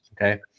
okay